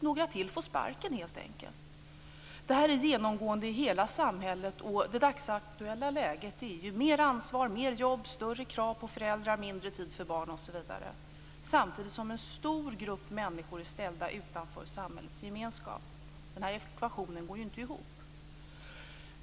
Några till får helt enkelt sparken. Det här är genomgående i hela samhället. Det dagsaktuella läget är mer ansvar, mer jobb, större krav på föräldrar, mindre tid för barn osv., samtidigt som en stor grupp människor ställts utanför samhällets gemenskap. Den ekvationen går inte ihop.